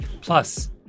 Plus